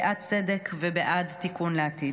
ובעד צדק ובעד תיקון לעתיד.